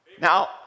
Now